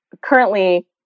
currently